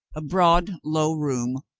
a broad, low room,